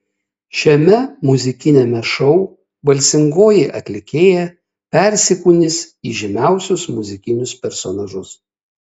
šiame muzikiniame šou balsingoji atlikėja persikūnys į žymiausius muzikinius personažus